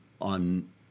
on